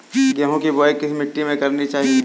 गेहूँ की बुवाई किस मिट्टी में करनी चाहिए?